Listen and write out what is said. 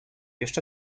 jeszcze